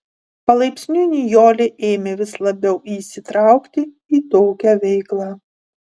palaipsniui nijolė ėmė vis labiau įsitraukti į tokią veiklą